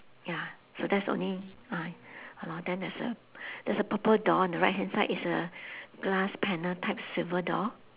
ya so that's the only uh !hannor! then there's a there's a purple door on the right hand side it's a glass panel type swivel door